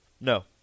No